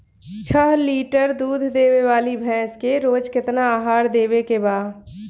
छह लीटर दूध देवे वाली भैंस के रोज केतना आहार देवे के बा?